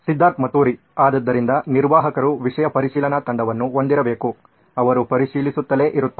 ಸಿದ್ಧಾರ್ಥ್ ಮತುರಿ ಆದ್ದರಿಂದ ನಿರ್ವಾಹಕರು ವಿಷಯ ಪರಿಶೀಲನಾ ತಂಡವನ್ನು ಹೊಂದಿರಬೇಕು ಅವರು ಪರಿಶೀಲಿಸುತ್ತಲೇ ಇರುತ್ತಾರೆ